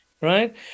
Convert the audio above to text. Right